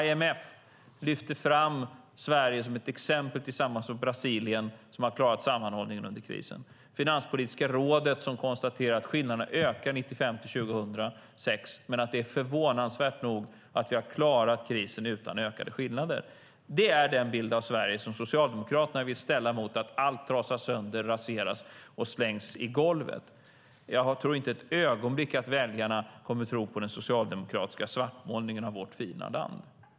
IMF lyfter fram Sverige som ett exempel tillsammans Brasilien där man har klarat sammanhållningen under krisen. Finanspolitiska rådet konstaterar att skillnaderna ökade 1995-2006 men att det är förvånansvärt att vi har klarat krisen utan ökade skillnader. Det är den bild som Socialdemokraterna vill ställa mot att allt trasas sönder, raseras och slängs i golvet. Jag tror inte ett ögonblick att väljarna kommer att tro på den socialdemokratiska svartmålningen av vårt fina land.